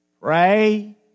pray